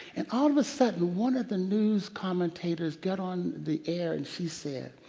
and all of a sudden, one of the news commentators got on the air and she said,